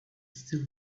still